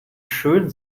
schön